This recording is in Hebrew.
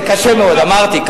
זה קשה מאוד, אמרתי.